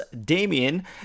Damian